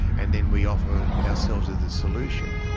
and then we offer ourselves as a solution.